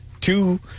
two